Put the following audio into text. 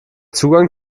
zugang